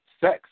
sex